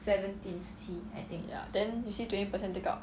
ya then see twenty percent take out